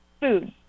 food